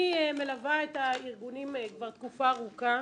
אני מלווה את הארגונים כבר תקופה ארוכה.